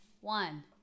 One